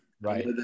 Right